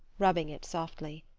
rubbing it softly.